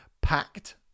packed